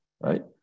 right